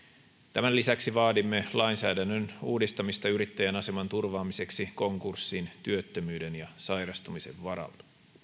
tämän lisäksi vaadimme lainsäädännön uudistamista yrittäjän aseman turvaamiseksi konkurssin työttömyyden ja sairastumisen varalta